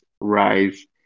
Rise